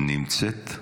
נמצאת.